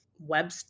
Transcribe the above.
web